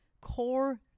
core